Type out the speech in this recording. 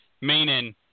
meaning